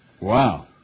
Wow